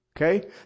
Okay